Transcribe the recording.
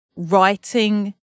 writing